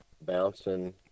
bouncing